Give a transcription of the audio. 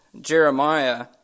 Jeremiah